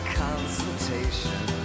consultation